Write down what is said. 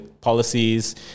policies